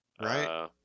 Right